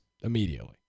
immediately